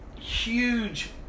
Huge